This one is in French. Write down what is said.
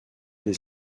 des